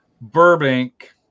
Burbank